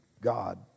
God